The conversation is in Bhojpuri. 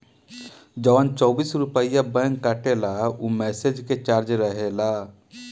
जवन चौबीस रुपइया बैंक काटेला ऊ मैसेज के चार्ज रहेला